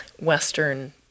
Western